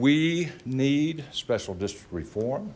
we need special district reform